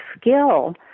skill